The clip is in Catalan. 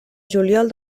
juliol